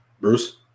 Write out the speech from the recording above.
Bruce